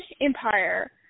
empire